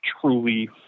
truly